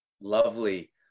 lovely